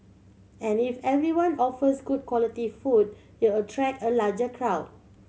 and if everyone offers good quality food it'll attract a larger crowd